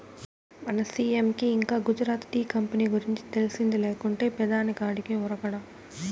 మన సీ.ఎం కి ఇంకా గుజరాత్ టీ కంపెనీ గురించి తెలిసింది లేకుంటే పెదాని కాడికి ఉరకడా